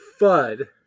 FUD